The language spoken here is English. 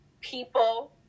people